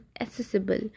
accessible